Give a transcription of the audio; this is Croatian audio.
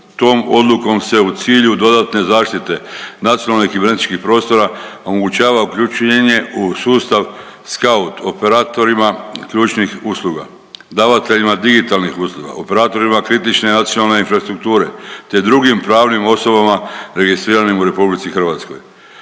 Tom odlukom se u cilju dodatne zaštite nacionalnih kibernetičkih prostora omogućava uključenje u sustav SK@UT operatorima ključnih usluga, davateljima digitalnih usluga, operatorima kritične nacionalne infrastrukture te drugim pravnim osobama registriranim u Republici Hrvatskoj.